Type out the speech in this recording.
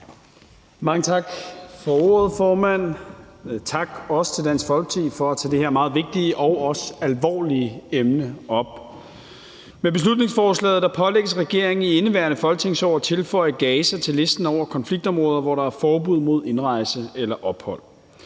Mange tak for ordet, formand, og også tak til Dansk Folkeparti for at tage det her meget vigtige og også alvorlige emne op. Med beslutningsforslaget pålægges regeringen i indeværende folketingsår at tilføje Gaza til listen over konfliktområder, hvor der er forbud mod indrejse eller ophold.